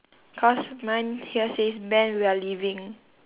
cause mine here says ben we are leaving